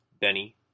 Benny